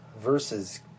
versus